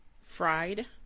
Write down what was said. Fried